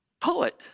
poet